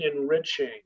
enriching